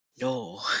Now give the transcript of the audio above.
No